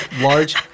large